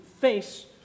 face